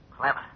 Clever